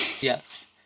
Yes